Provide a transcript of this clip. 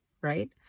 right